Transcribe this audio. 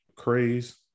craze